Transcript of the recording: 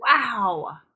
Wow